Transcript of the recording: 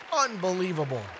unbelievable